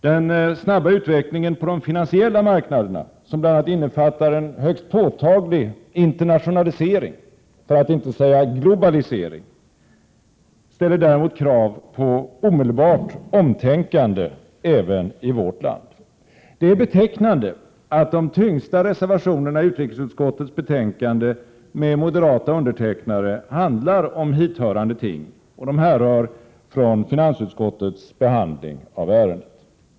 Den snabba utvecklingen på de finansiella marknaderna, som bl.a. innefattar en högst påtaglig internationalisering — för att inte säga globalisering — ställer däremot krav på omedelbart omtänkande även i vårt land. Det är betecknande att de tyngsta reservationerna i utrikesutskottets betänkande med moderata undertecknare handlar om hithörande ting. De härrör från finansutskottets behandling av ärendet.